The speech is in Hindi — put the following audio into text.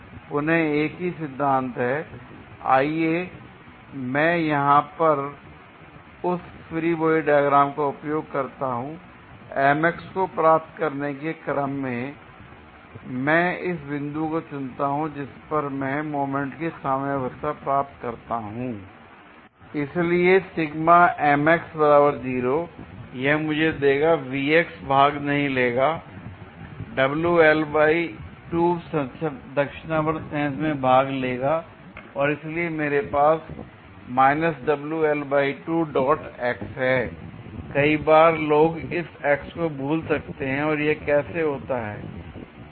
पुनः एक ही सिद्धांत है आइए अब मैं यहां पर उसी फ्री बॉडी डायग्राम का उपयोग करता हूं l को प्राप्त करने के क्रम में मैं इस बिंदु को चुनता हूं जिस पर मैं मोमेंट की साम्यवस्था प्राप्त करता हूं l इसलिए यह मुझे देगा भाग नहीं लेगा दक्षिणावर्त सेंस में भाग लेगा और इसलिए मेरे पास है l कई बार लोग इस x को भूल सकते हैं और यह कैसे होता है